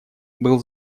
был